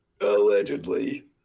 Allegedly